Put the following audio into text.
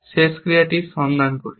শেষ ক্রিয়াটির সন্ধান করি